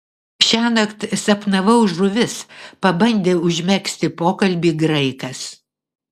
šiąnakt sapnavau žuvis pabandė užmegzti pokalbį graikas